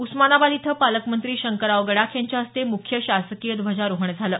उस्मानाबाद इथं पालकमंत्री शंकरराव गडाख यांच्या हस्ते मुख्य शासकीय ध्वजारोहण झालं